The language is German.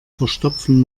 verstopfen